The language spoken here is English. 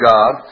God